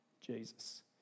Jesus